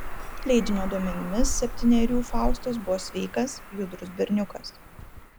leidinio duomenimis septynerių faustas buvo sveikas judrus berniukas